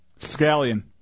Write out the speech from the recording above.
Scallion